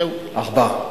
ארבעה.